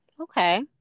Okay